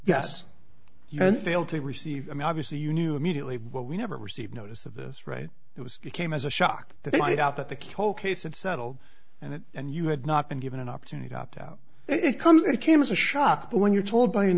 to receive i mean obviously you knew immediately but we never received notice of this right it was it came as a shock that i doubt that the control case it settled and it and you had not been given an opportunity to opt out it comes it came as a shock but when you're told by an